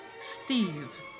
Steve